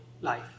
life